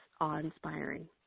awe-inspiring